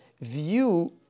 view